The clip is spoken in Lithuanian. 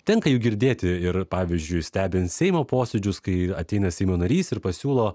tenka juk girdėti ir pavyzdžiui stebint seimo posėdžius kai ateina seimo narys ir pasiūlo